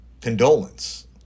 condolence